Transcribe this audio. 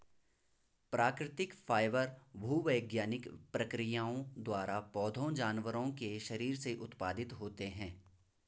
प्राकृतिक फाइबर भूवैज्ञानिक प्रक्रियाओं द्वारा पौधों जानवरों के शरीर से उत्पादित होते हैं